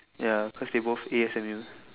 ya cause they both A_S_M_U